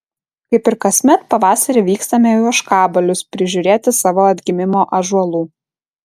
kaip ir kasmet pavasarį vykstame į ožkabalius prižiūrėti savo atgimimo ąžuolų